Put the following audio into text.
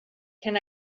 can